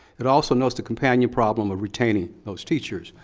it also notes the companion problem of retaining those teachers.